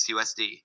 USD